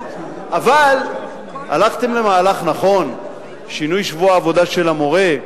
אבל הלכתם למהלך נכון: שינוי שבוע העבודה של המורה,